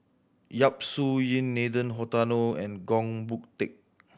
Yap Su Yin Nathan Hartono and Goh Boon Teck